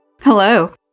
Hello